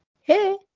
Hey